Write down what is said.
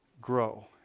grow